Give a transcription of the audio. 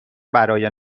برای